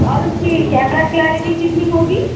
اور اس کی کیمرہ کلیئرٹی کتنی ہوگی